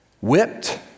whipped